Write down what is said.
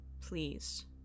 Please